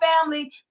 family